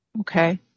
Okay